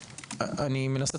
אני מנסה